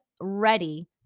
ready